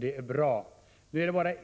Det är också bra.